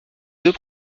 deux